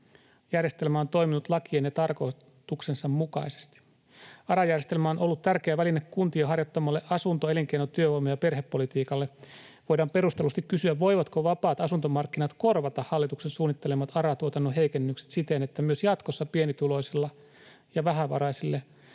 Järjestelmä on toiminut lakien ja tarkoituksensa mukaisesti. ARA-järjestelmä on ollut tärkeä väline kuntien harjoittamalle asunto-, elinkeino-, työvoima- ja perhepolitiikalle. Voidaan perustellusti kysyä, voivatko vapaat asuntomarkkinat korvata hallituksen suunnittelemat ARA-tuotannon heikennykset siten, että myös jatkossa pienituloisille ja vähävaraisille